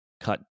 cut